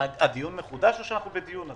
לגבי השמיטה היא עוד כשמונה חודשים,